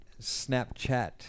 snapchat